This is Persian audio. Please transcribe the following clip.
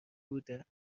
بوده